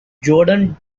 jordan